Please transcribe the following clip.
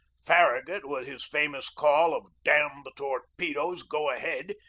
farra gut, with his famous call of damn the torpedoes! go ahead!